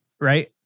right